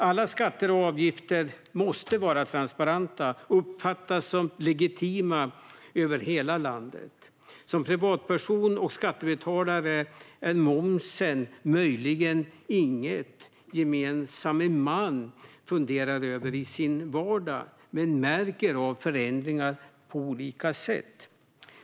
Alla skatter och avgifter måste vara transparenta och uppfattas som legitima över hela landet. Som privatperson och skattebetalare är momsen möjligen inget man funderar över i sin vardag, men man märker av förändringar på olika sätt.